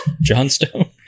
Johnstone